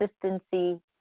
consistency